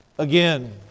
Again